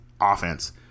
offense